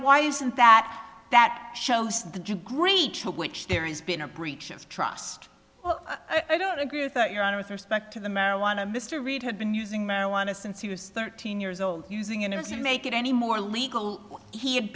why isn't that that shows the degree to which there has been a breach of trust i don't agree with that your honor with respect to the marijuana mr reed had been using marijuana since he was thirteen years old using innocent make it anymore legal he had